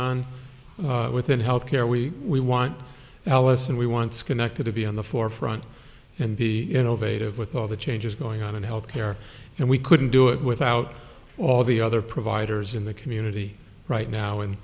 on within health care we we want alison we wants connected to be on the forefront and be innovative with all the changes going on in health care and we couldn't do it without all the other providers in the community right now and